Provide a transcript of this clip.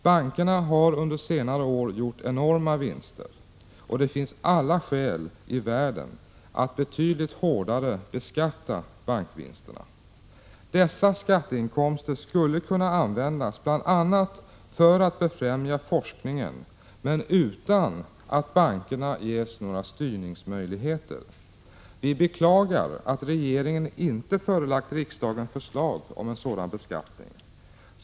Bankerna har under senare år gjort enorma vinster. Det finns alla skäli världen att betydligt hårdare beskatta bankvinsterna. Dessa skatteinkomster skulle kunna användas bl.a. för att befrämja forskningen men utan att bankerna fick några styrningsmöjligheter. Vi beklagar att regeringen inte förelagt riksdagen förslag om en sådan beskattning.